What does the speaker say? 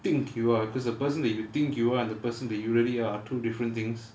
think you are because the person that you think you are the person that you really are are two different things